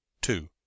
two